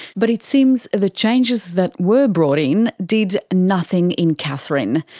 but it seems the changes that were brought in did nothing in katherine,